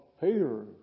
Peter